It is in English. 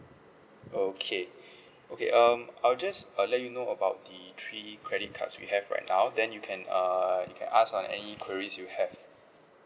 okay okay um I will just uh let you know about the three credit cards we have right now then you can err you can ask on any queries you have